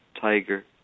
tiger